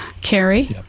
Carrie